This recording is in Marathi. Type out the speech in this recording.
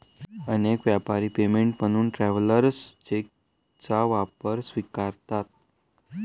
अनेक व्यापारी पेमेंट म्हणून ट्रॅव्हलर्स चेकचा वापर स्वीकारतात